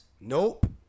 Nope